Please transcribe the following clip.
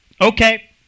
okay